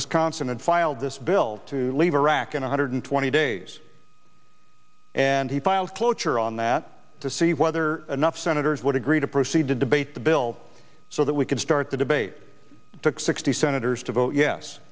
wisconsin and filed this bill to leave iraq in one hundred twenty days and he filed cloture on that to see whether enough senators would agree to proceed to debate the bill so that we could start the debate took sixty senators to vote yes